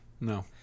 No